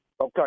Okay